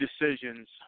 decisions